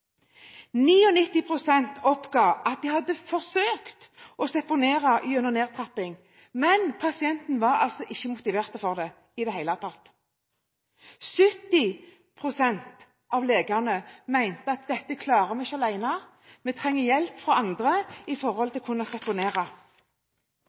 oppga at de hadde forsøkt å seponere gjennom nedtrapping, men at pasienten ikke i det hele tatt var motivert for det. 70 pst. av legene mente at dette klarer vi ikke alene, vi trenger hjelp fra andre